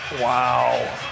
Wow